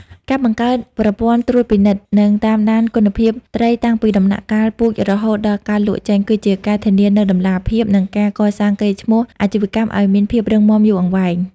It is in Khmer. ការបង្កើតប្រព័ន្ធត្រួតពិនិត្យ និងតាមដានគុណភាពត្រីតាំងពីដំណាក់កាលពូជរហូតដល់ការលក់ចេញ គឺជាការធានានូវតម្លាភាព និងការកសាងកេរ្តិ៍ឈ្មោះអាជីវកម្មឱ្យមានភាពរឹងមាំយូរអង្វែង។